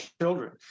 children